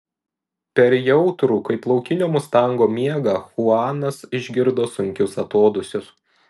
per jautrų kaip laukinio mustango miegą chuanas išgirdo sunkius atodūsius